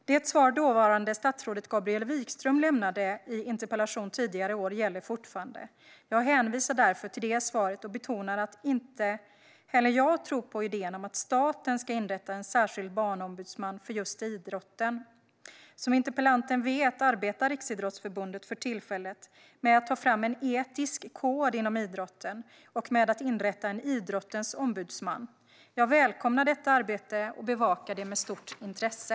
Det svar dåvarande statsrådet Gabriel Wikström lämnade på en interpellation tidigare i år gäller fortfarande. Jag hänvisar därför till det svaret och betonar att inte heller jag tror på idén om att staten ska inrätta en särskild barnombudsman för just idrotten. Som interpellanten vet arbetar Riksidrottsförbundet för tillfället med att ta fram en etisk kod inom idrotten och med att inrätta en idrottens ombudsman. Jag välkomnar detta arbete och bevakar det med stort intresse.